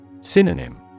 Synonym